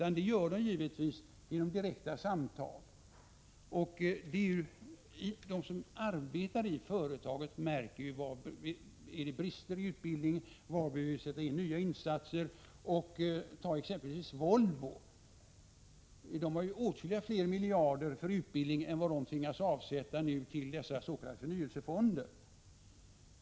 Ett sådant inflytande kan givetvis utövas endast genom direkt samtal. De som arbetar i företaget märker var det finns brister i utbildningen och var nya insatser behöver göras. Volvo anslår exempelvis åtskilligt fler miljarder än vad företaget nu tvingas avsätta till de s.k. förnyelsefonderna.